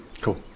Cool